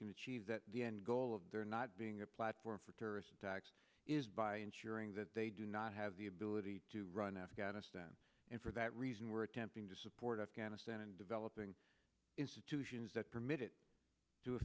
can achieve that the end goal of there not being a platform for terrorist attacks by ensuring that they do not have the ability to run afghanistan and for that reason we're attempting to support afghanistan and developing institutions that permitted